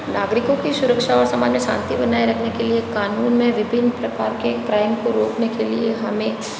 नागरिकों की सुरक्षा और समाज में शांति बनाए रखने के लिए कानून में विभिन्न प्रकार के क्राइम को रोकने के लिए हमें